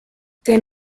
que